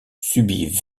subit